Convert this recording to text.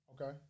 Okay